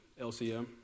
LCM